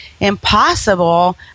impossible